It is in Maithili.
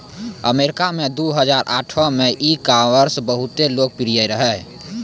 अमरीका मे दु हजार आठो मे ई कामर्स बहुते लोकप्रिय रहै